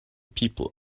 people